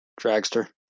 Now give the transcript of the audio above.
Dragster